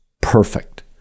perfect